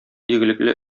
игелекле